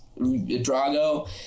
Drago